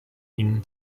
ihnen